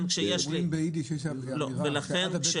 אומרים ביידיש: עד לבית